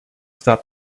stop